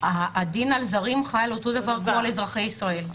הדין על זרים חל אותו דבר כמו על אזרחי ישראל.